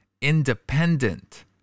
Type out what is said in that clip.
Independent